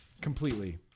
Completely